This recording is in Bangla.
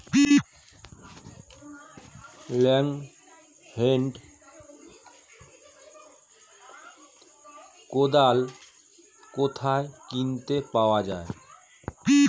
লং হেন্ড কোদাল কোথায় কিনতে পাওয়া যায়?